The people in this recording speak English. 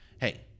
Hey